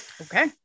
okay